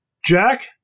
Jack